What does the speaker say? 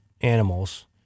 animals